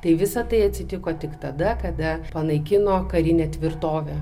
tai visa tai atsitiko tik tada kada panaikino karinę tvirtovę